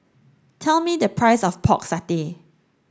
tell me the price of pork satay